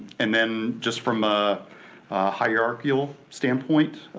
and then just from a hierarchial standpoint,